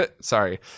Sorry